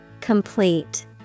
Complete